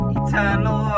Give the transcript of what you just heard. eternal